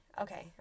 okay